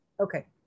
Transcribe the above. Okay